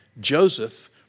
Joseph